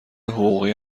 حقوقی